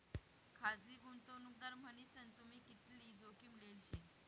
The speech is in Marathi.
खासगी गुंतवणूकदार मन्हीसन तुम्ही कितली जोखीम लेल शे